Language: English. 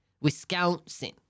Wisconsin